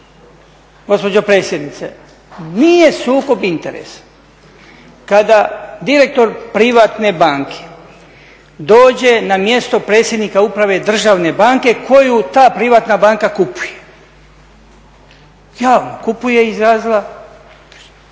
gospođo predsjednice, nije sukob interesa kada direktor privatne banke dođe na mjesto predsjednika uprave državne banke koju ta privatna banka kupuje, javno kupuje, izrazila